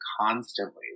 constantly